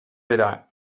bera